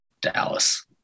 Dallas